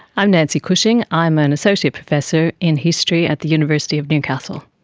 i'm nancy cushing, i'm an associate professor in history at the university of newcastle.